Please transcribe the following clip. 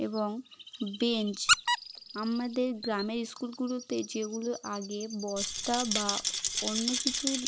এবং বেঞ্চ আমাদের গ্রামের স্কুলগুলোতে যেগুলো আগে বস্তা বা অন্য কিছুর